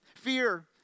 Fear